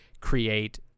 create